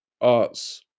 arts